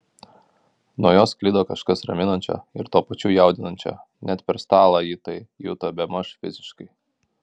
nuo jo sklido kažkas raminančio ir tuo pačiu jaudinančio net per stalą ji tai juto bemaž fiziškai